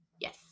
Yes